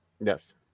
Yes